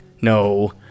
no